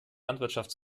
landwirtschaft